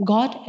God